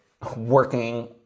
working